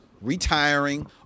retiring